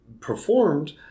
Performed